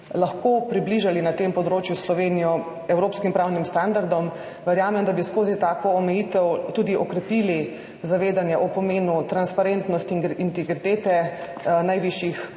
lahko približali na tem področju Slovenijo evropskim pravnim standardom. Verjamem, da bi skozi tako omejitev tudi okrepili zavedanje o pomenu transparentnosti integritete najvišjih